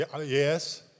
Yes